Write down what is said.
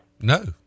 No